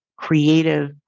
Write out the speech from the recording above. creative